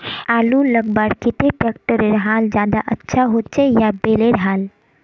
आलूर लगवार केते ट्रैक्टरेर हाल ज्यादा अच्छा होचे या बैलेर हाल?